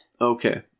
Okay